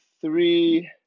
three